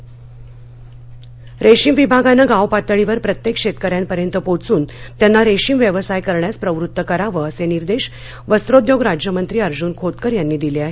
अभियान रेशीम विभागानं गाव पातळीवर प्रत्येक शेतकऱ्यांपर्यंत पोहोचून त्यांना रेशीम व्यवसाय करण्यास प्रवृत्त करावं असे निर्देश वस्त्रोद्योग राज्यमंत्री अर्जुन खोतकर यांनी दिले आहे